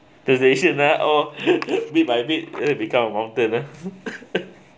the station uh all a bit by bit it'll become a mountain uh